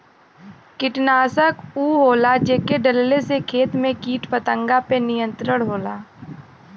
कीटनाशक उ होला जेके डलले से खेत में कीट पतंगा पे नियंत्रण होला